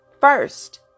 first